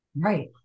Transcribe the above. right